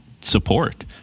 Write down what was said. support